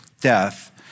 death